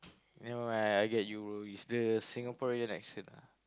never mind I get you bro it's the Singaporean accent ah